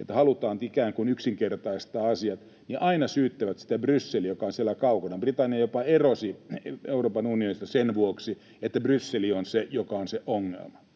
että halutaan ikään kuin yksinkertaistaa asiat, aina syyttävät sitä Brysseliä, joka on siellä kaukana. Britannia jopa erosi Euroopan unionista sen vuoksi, että Brysseli on se, joka on se ongelma.